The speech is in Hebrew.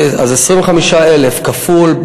אז 25,000 כפול,